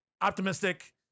optimistic